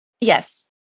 Yes